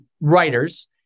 writers